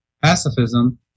Pacifism